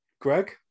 Greg